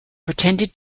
pretended